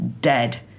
dead